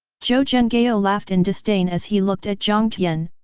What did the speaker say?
zhou zhenghao laughed in disdain as he looked at jiang tian,